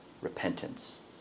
repentance